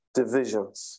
divisions